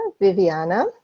Viviana